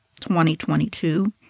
2022